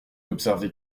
observer